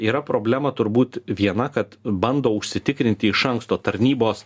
yra problema turbūt viena kad bando užsitikrinti iš anksto tarnybos